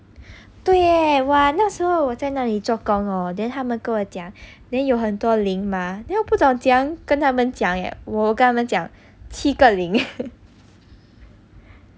对哇那时候我在那里做工 hor 他们跟我讲 then 有很多零吗 then 我不懂这样跟他们讲耶我跟他们讲七个零